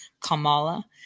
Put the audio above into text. Kamala